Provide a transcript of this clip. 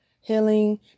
healing